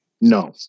No